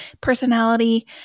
personality